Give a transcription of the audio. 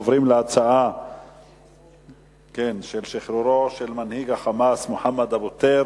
הנושא הבא: שחרורו של מנהיג ה"חמאס" מוחמד אבו טיר,